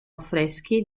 affreschi